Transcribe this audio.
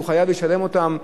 שהוא חייב לשלם אותם,